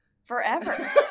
Forever